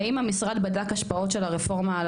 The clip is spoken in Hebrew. האם המשרד בדק השפעות של הרפורמה על